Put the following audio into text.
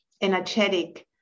energetic